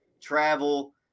travel